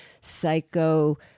psycho